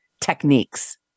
techniques